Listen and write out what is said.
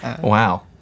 Wow